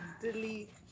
Delete